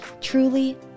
truly